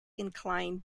inclined